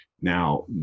Now